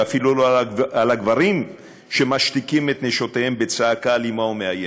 ואפילו לא על הגברים שמשתיקים את נשותיהם בצעקה אלימה ומאיימת.